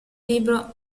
libro